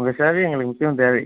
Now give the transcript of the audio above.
உங்கள் சேவை எங்களுக்கு எப்போயும் தேவை